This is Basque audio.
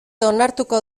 onartuko